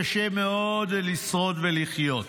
קשה מאוד לשרוד ולחיות.